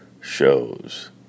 shows